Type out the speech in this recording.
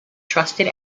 trusted